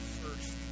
first